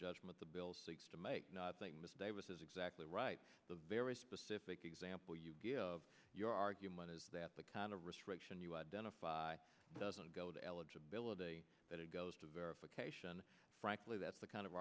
judgment the bill seeks to make not think miss davis is exactly right the very specific example you give of your argument is that the kind of restriction you identify doesn't go to eligibility that it goes to verification frankly that's the kind of